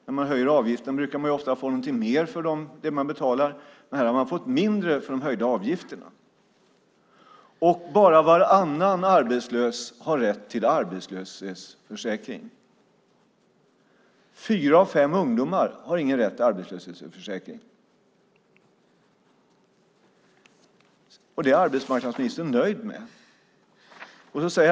När avgiften höjs brukar man ofta få mer för det man betalar. Här har man fått mindre för de höjda avgifterna. Bara varannan arbetslös har rätt till ersättning från arbetslöshetsförsäkringen. Fyra av fem ungdomar har ingen rätt till ersättning från arbetslöshetsförsäkringen. Det är arbetsmarknadsministern nöjd med.